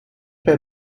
bei